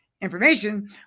information